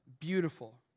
beautiful